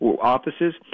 offices